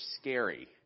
scary